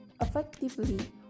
effectively